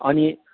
अनि